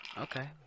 Okay